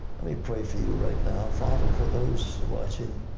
i mean pray for you right now. father, for those watching,